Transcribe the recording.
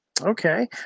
Okay